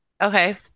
Okay